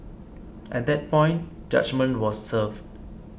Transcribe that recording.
at that point judgement was reserved